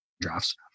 drafts